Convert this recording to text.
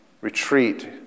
retreat